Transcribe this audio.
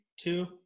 two